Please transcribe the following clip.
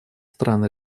стран